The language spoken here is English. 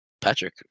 Patrick